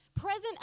present